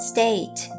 State